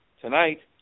Tonight